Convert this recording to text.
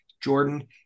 Jordan